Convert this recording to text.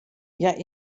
hja